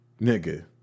Nigga